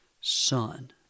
Son